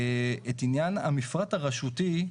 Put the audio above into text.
את עניין המפרט הרשותי.